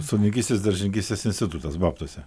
sodininkystės daržininkystės institutas babtuose